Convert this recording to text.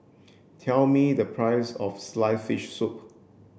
tell me the price of sliced fish soup